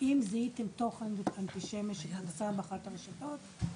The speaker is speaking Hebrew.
אם זיהיתם תוכן באחת הרשתות,